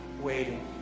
waiting